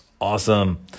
Awesome